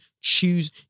Choose